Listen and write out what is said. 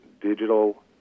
digital